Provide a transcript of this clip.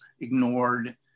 ignored